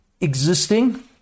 existing